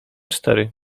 cztery